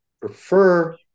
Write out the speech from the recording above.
prefer